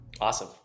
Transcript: Awesome